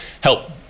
help